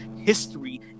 history